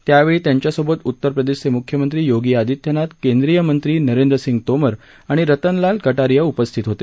त्यावेळी त्यांच्यासोबत उत्तर प्रदेशचे मुख्यमंत्री योगी आदित्यनाथ केंद्रीय मंत्री नरेंद्रसिंग तोमर आणि रतनलाल कटारिया उपस्थित होते